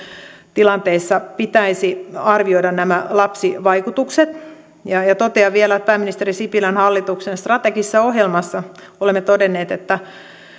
tilanteessa pitäisi arvioida nämä lapsivaikutukset ja ja totean vielä että pääministeri sipilän hallituksen strategisessa ohjelmassa olemme todenneet että